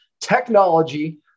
technology